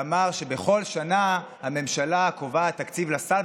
ואמר שבכל שנה הממשלה קובעת תקציב לסל,